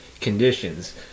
conditions